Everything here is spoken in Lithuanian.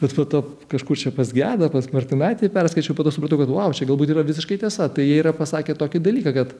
bet po to kažkur čia pas gedą pas martinaitį perskaičiau po to supratau kad vau čia galbūt yra visiškai tiesa tai jie yra pasakę tokį dalyką kad